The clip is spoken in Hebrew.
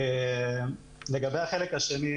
לגבי החלק השני,